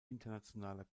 internationaler